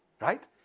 right